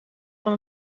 van